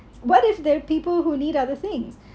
what if there are people who lead other things